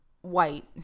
White